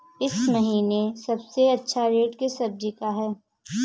इस महीने सबसे अच्छा रेट किस सब्जी का है?